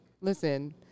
listen